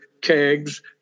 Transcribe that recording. kegs